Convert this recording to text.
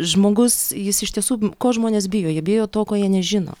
žmogus jis iš tiesų ko žmonės bijo jie bijo to ko jie nežino